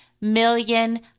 million